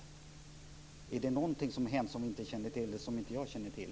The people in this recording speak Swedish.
Är det någonting som har hänt som inte jag känner till?